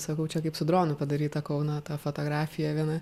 sakau čia kaip su dronu padaryta kauno ta fotografija viena